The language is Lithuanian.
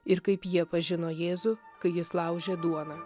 ir kaip jie pažino jėzų kai jis laužė duoną